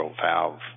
valve